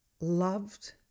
loved